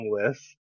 list